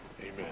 Amen